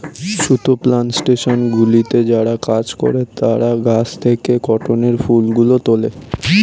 সুতো প্ল্যানটেশনগুলিতে যারা কাজ করে তারা গাছ থেকে কটনের ফুলগুলো তোলে